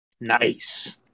Nice